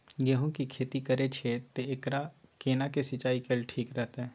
गेहूं की खेती करे छिये ते एकरा केना के सिंचाई कैल ठीक रहते?